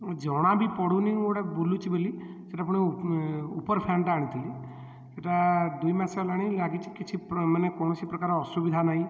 ଜଣା ବି ପଡ଼ୁନି ଗୋଟେ ବୁଲୁଛି ବୋଲି ସେଟା ପୁଣି ଉପର ଫ୍ୟାନ୍ଟା ଆଣିଥିଲି ସେଟା ଦୁଇମାସ ହେଲାଣି ଲାଗିଛି କିଛି ପ୍ର ମାନେ କୌଣସି ପ୍ରକାର ଅସୁବିଧା ନାଇଁ